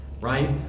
Right